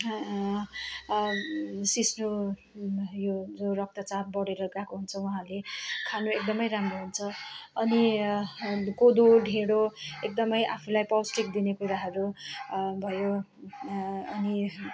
सिस्नो यो रक्तचाप बढेर गएको हुन्छ उहाँहरूले खानु एकदमै राम्रो हुन्छ अनि कोदो ढिँडो एकदमै आफूलाई पौष्टिक दिने कुराहरू भयो अनि